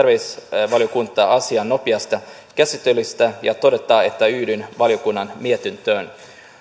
terveysvaliokuntaa asian nopeasta käsittelystä ja todeta että yhdyn valiokunnan mietintöön